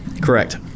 Correct